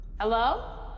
hello